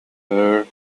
hair